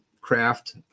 craft